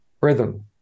rhythm